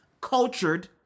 cultured